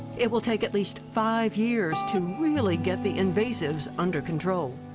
it will take at least five years to really get the invasives under control.